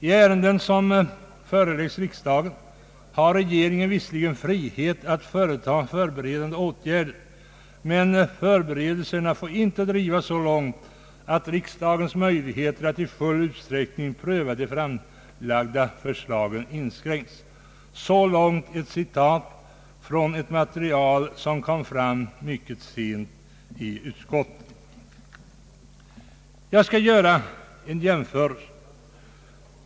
I ärenden som föreläggs riksdagen har regeringen visserligen frihet att företa förberedande åtgärder, men förberedelserna får inte drivas så långt att riksdagens möjligheter att i full utsträckning pröva de framlagda förslagen inskränks.” Så långt ett citat från ett material som kom fram mycket sent i utskottet. Jag skall göra en jämförelse.